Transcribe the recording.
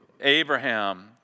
Abraham